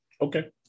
Okay